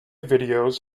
videos